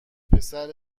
پسر